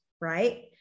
right